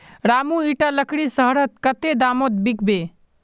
रामू इटा लकड़ी शहरत कत्ते दामोत बिकबे